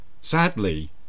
Sadly